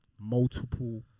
multiple